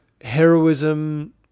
heroism